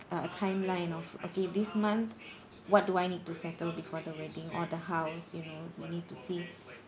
a timeline of okay this month what do I need to settle before the wedding or the house you know we need to see